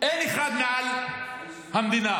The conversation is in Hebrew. אין אחד מעל המדינה.